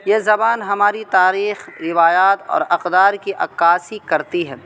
یہ زبان ہماری تاریخ روایات اور اقدار کی عکاسی کرتی ہے